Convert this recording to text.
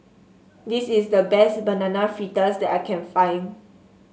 this is the best Banana Fritters that I can find